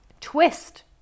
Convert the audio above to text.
Twist